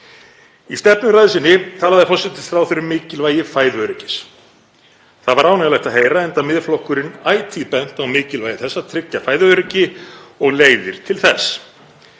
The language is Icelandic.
Í stefnuræðu sinni talaði forsætisráðherra um mikilvægi fæðuöryggis. Það var ánægjulegt að heyra, enda hefur Miðflokkurinn ætíð bent á mikilvægi þess að tryggja fæðuöryggi og leiðir til þess.